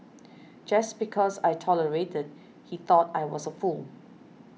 just because I tolerated he thought I was a fool